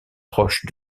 proche